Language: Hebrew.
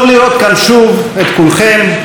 טוב לראות כאן שוב את כולכם,